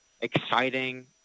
exciting